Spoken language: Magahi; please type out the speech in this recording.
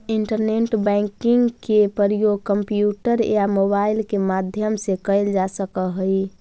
इंटरनेट बैंकिंग के प्रयोग कंप्यूटर या मोबाइल के माध्यम से कैल जा सकऽ हइ